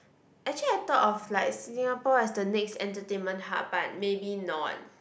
actually I thought of like Singapore as the next entertainment hub but maybe not